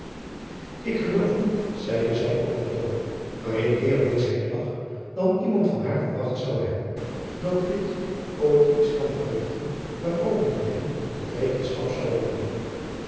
ik geloof niet zeide zy op een toon waarin meer bitsheid lag dan iemand van haar verwacht zoû hebben dat de witt ooit iets kan verrichten waarover men hem tot rekenschap zoû roepen